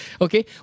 Okay